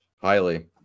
Highly